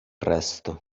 resto